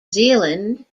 zealand